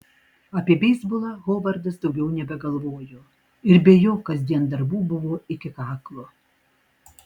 apie beisbolą hovardas daugiau nebegalvojo ir be jo kasdien darbų buvo iki kaklo